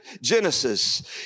Genesis